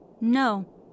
No